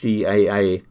GAA